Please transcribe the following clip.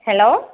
hello